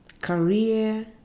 career